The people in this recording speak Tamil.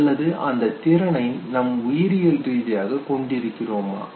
அல்லது அந்தத் திறனை நம் உயிரியல் ரீதியாக கொண்டிருக்கிறோமா